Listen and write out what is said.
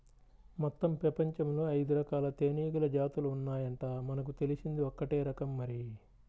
మొత్తం పెపంచంలో ఐదురకాల తేనీగల జాతులు ఉన్నాయంట, మనకు తెలిసింది ఒక్కటే రకం మరి